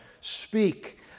speak